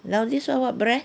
now this [one] what brand